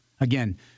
again